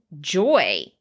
joy